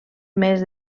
mes